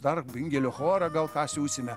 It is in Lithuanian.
dar bingelio chorą gal ką siųsime